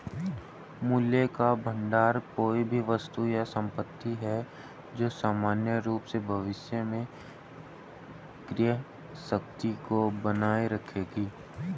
मूल्य का भंडार कोई भी वस्तु या संपत्ति है जो सामान्य रूप से भविष्य में क्रय शक्ति को बनाए रखेगी